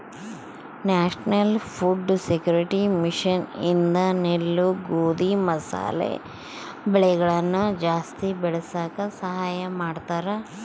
national food security mission ಇಂದ ನೆಲ್ಲು ಗೋಧಿ ಮಸಾಲೆ ಬೆಳೆಗಳನ ಜಾಸ್ತಿ ಬೆಳಸಾಕ ಸಹಾಯ ಮಾಡ್ತಾರ